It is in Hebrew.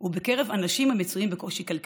ובקרב אנשים המצויים בקושי כלכלי.